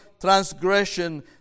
transgression